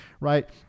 right